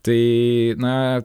tai na